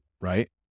Right